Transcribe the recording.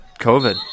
COVID